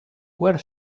where